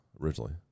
originally